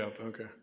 okay